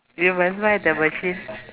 you must buy the machine